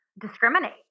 discriminate